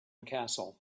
castle